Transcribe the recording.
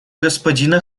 господина